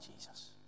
Jesus